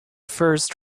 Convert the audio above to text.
first